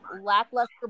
lackluster